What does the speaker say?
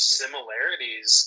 similarities